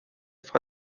vor